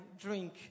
drink